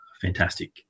fantastic